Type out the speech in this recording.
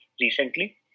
recently